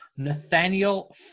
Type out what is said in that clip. Nathaniel